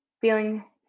feeling